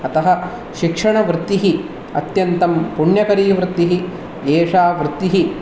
अतः शिक्षणवृत्तिः अत्यन्तं पुण्यकरी वृत्तिः एषा वृत्तिः